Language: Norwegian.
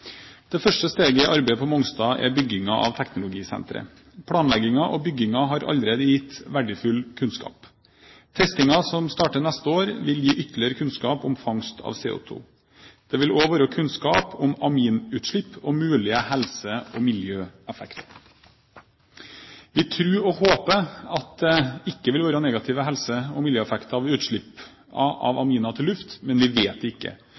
Det første steget i arbeidet på Mongstad er byggingen av teknologisenteret. Planleggingen og byggingen har allerede gitt verdifull kunnskap. Testingen som starter neste år, vil gi ytterligere kunnskap om fangst av CO2. Dette vil også være kunnskap om aminutslipp og mulige helse- og miljøeffekter. Vi tror og håper at det ikke vil være negative helse- og miljøeffekter av utslipp av aminer til luft, men vi vet det ikke.